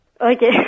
Okay